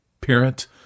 parent